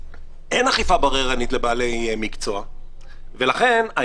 יש כאלה גאונים במשרד הבריאות,